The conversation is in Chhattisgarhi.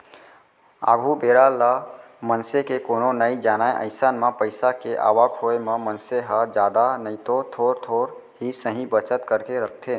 आघु बेरा ल मनसे के कोनो नइ जानय अइसन म पइसा के आवक होय म मनसे ह जादा नइतो थोर थोर ही सही बचत करके रखथे